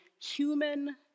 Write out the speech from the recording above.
Human